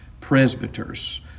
presbyters